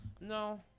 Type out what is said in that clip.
No